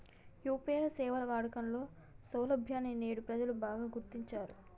UPI సేవల వాడకంలో సౌలభ్యాన్ని నేడు ప్రజలు బాగా గుర్తించారు